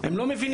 הם לא מבינים?